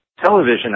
Television